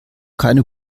keine